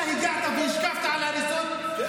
אתה באת והשקפת על ההריסות, כן.